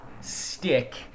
stick